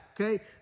okay